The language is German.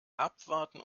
abwarten